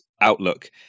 outlook